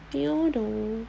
கேளு:kelu